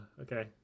okay